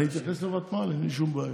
אני אתייחס לוותמ"ל, אין לי שום בעיה.